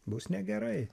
bus negerai